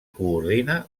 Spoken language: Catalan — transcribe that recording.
coordina